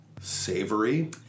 Savory